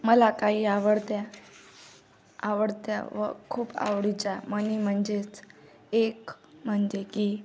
मला काही आवडत्या आवडत्या व खूप आवडीच्या म्हणी म्हणजेच एक म्हणजे की